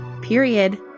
period